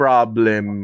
Problem